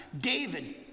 David